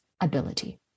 ability